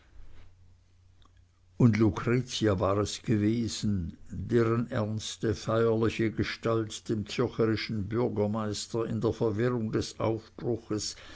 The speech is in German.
und lucretia war es gewesen deren ernste feierliche gestalt dem zürcherischen bürgermeister in der verwirrung des aufbruchs